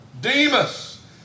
Demas